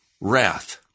Wrath